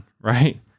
Right